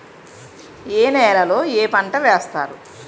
ఏ నేలలో ఏ పంట వేస్తారు?